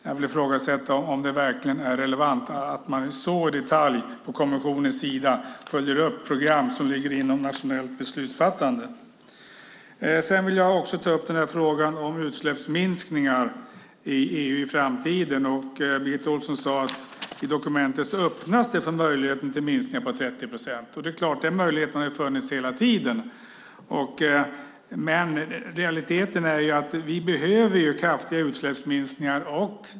Jag vill ifrågasätta om det verkligen är relevant att man så i detalj på kommissionens sida följer upp program som ligger inom nationellt beslutsfattande. Jag vill också ta upp frågan om utsläppsminskningar i EU i framtiden. Birgitta Ohlsson sade att det i dokumentet öppnas för möjligheten till minskningar på 30 procent. Den möjligheten har ju funnits hela tiden. Vi behöver kraftiga utsläppsminskningar.